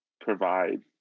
provide